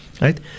Right